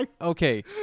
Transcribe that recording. Okay